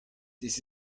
this